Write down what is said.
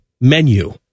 menu